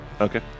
Okay